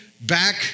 back